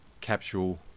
capsule